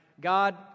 God